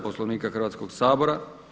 Poslovnika Hrvatskog sabora.